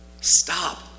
Stop